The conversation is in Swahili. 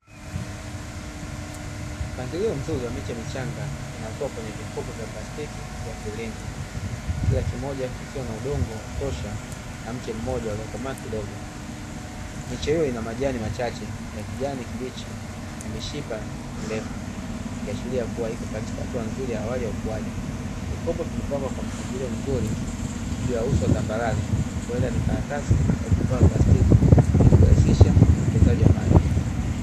Mpangilio mzuri wa miche michanga inayokuwa kwnye vikopo vya plastiki vya mviringo, kila kimoja kikiwa na udongo wa kutosha na mche mmoja uliokomaa kidogo, miche hiyo inamajani machache ya kijani kibichi na mishipa mirefu, ikiashiria kuwa ipo katika hatua nzuri ya awali ya ukuaji, vikopo vimepangwa kwa mpangilio mzuri juu ya uso wa tambarare, huwenda ni karatasi au plastiki ili kurahisisha utunzaji wa maji.